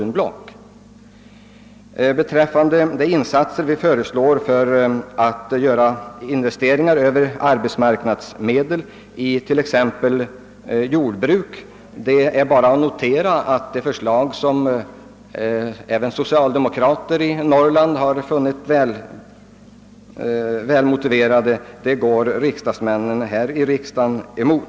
När det gäller de insatser vi föreslår beträffande investeringar över arbetsmarknadsmedel i t.ex. jordbruk är det bara att notera, att förslag som även norrländska socialdemokrater funnit välmotiverade motarbetas av de socialdemokratiska riksdagsmännen.